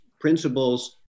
principles